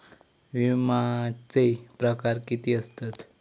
विमाचे प्रकार किती असतत?